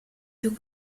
più